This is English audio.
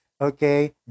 okay